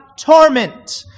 torment